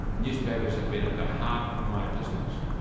newspapers have been at the heart of my business.